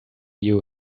you